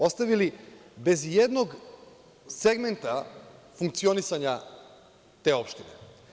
Ostavili bez jednog segmenta funkcionisanja te opštine.